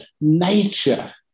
nature